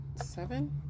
seven